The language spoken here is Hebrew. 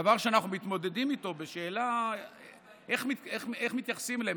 דבר שאנחנו מתמודדים איתו בשאלה איך מתייחסים אליהם.